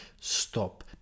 stop